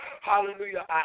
hallelujah